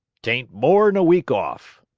t ain't more'n a week off.